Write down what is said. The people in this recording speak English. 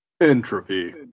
Entropy